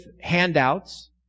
handouts